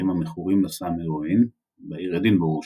המכורים לסם הרואין בעיר אדינבורו שבסקוטלנד.